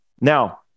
Now